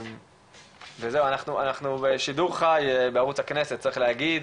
אנחנו בשידור חי בערוץ הכנסת צריך להגיד,